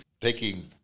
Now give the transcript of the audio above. taking